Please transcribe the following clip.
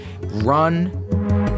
run